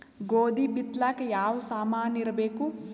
ಗೋಧಿ ಬಿತ್ತಲಾಕ ಯಾವ ಸಾಮಾನಿರಬೇಕು?